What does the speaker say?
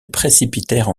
précipitèrent